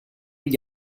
gli